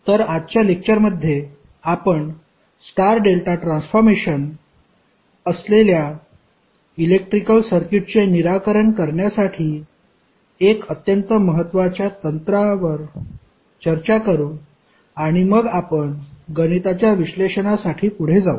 तर आजच्या लेक्टरमध्ये आपण स्टार डेल्टा ट्रान्सफॉर्मेशन असलेल्या इलेक्ट्रिकल सर्किटचे निराकरण करण्यासाठी 1 अत्यंत महत्वाच्या तंत्रावर चर्चा करू आणि मग आपण गणिताच्या विश्लेषणासाठी पुढे जाऊ